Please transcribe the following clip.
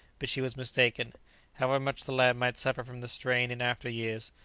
but she was mistaken however much the lad might suffer from the strain in after-years,